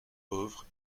pauvres